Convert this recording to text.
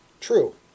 True